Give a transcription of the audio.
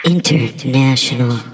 International